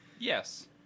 Yes